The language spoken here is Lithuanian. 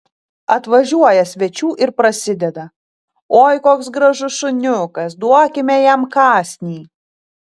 atvažiuoja svečių ir prasideda oi koks gražus šuniukas duokime jam kąsnį